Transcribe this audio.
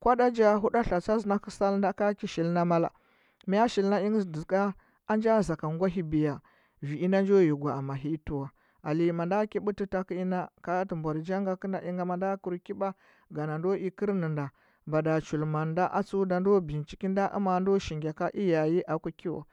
kwada ja huɗatla tsanakɚ salnda ka ki shilna male mya shilna ingɚ dɚha, anja zhaka ngwahi biya viinda njo yi gwna mahii tɚwa. Alenyi anda ki bɚtɚ takɚ ina, ka atɚ mbuar janga kɚnda inga manda kɚr ki ba ga na ndo i kɚrnɚnda, mada chul manda, atsndo binciki nda amando shilngya ka iyaye kuki wa